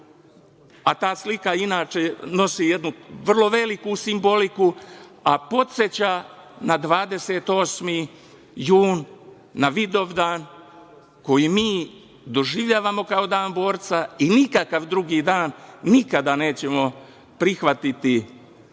a ta slika inače nosi jednu vrlo veliku simboliku, a podseća na 28. jun, na Vidovdan koji mi doživljavamo kao „Dan borca“ i nikakav drugi dan nikada nećemo prihvatiti